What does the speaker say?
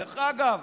דרך אגב,